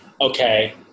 okay